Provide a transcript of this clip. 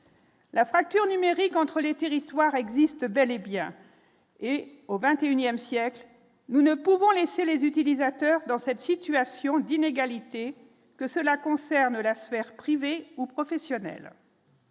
La fracture numérique entre les territoires existe bel et bien, et au XXIe siècle, nous ne pouvons laisser les utilisateurs dans cette situation d'inégalité que cela concerne l'affaire privée ou professionnelle.